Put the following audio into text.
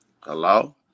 Hello